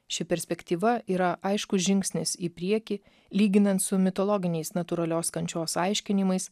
ši perspektyva yra aiškus žingsnis į priekį lyginant su mitologiniais natūralios kančios aiškinimais